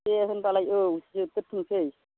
दे होनबालाय औ जोबग्रोथोंसै